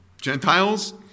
Gentiles